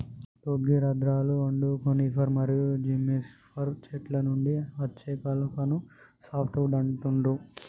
soft వుడ్కి రంధ్రాలు వుండవు కోనిఫర్ మరియు జిమ్నోస్పెర్మ్ చెట్ల నుండి అచ్చే కలపను సాఫ్ట్ వుడ్ అంటుండ్రు